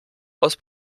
aus